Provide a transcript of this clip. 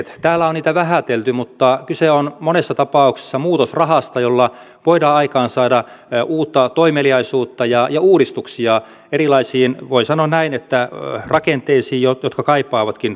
täällä on niitä vähätelty mutta kyse on monessa tapauksessa muutosrahasta jolla voidaan aikaansaada uutta toimeliaisuutta ja uudistuksia erilaisiin voi sanoa rakenteisiin jotka kaipaavatkin tuulettamista